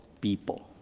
people